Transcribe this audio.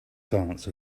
silence